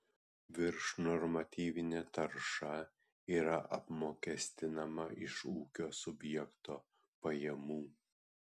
viršnormatyvinė tarša yra apmokestinama iš ūkio subjekto pajamų